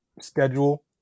schedule